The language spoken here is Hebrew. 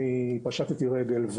אני פשטתי רגל,